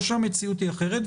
או שהמציאות היא אחרת.